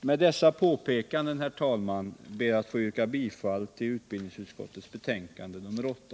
Med dessa påpekanden, herr talman, ber jag att få yrka bifall till utbildningsutskottets hemställan i dess betänkande nr 8.